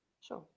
Sure